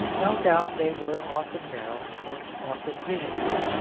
no doubt they were often narrow and often visionary.